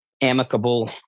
amicable